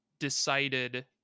decided